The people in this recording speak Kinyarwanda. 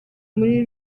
muri